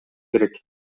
керек